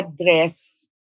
address